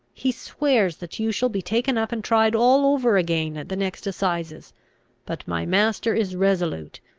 he swears that you shall be taken up and tried all over again at the next assizes but my master is resolute,